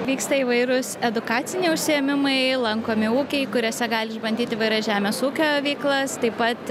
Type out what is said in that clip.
vyksta įvairūs edukaciniai užsiėmimai lankomi ūkiai kuriuose gali išbandyti įvairias žemės ūkio veiklas taip pat